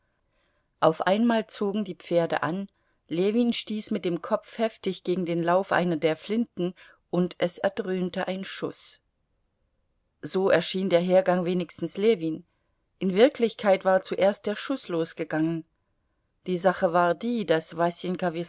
auf einmal zogen die pferde an ljewin stieß mit dem kopf heftig gegen den lauf einer der flinten und es erdröhnte ein schuß so erschien der hergang wenigstens ljewin in wirklichkeit war zuerst der schuß losgegangen die sache war die daß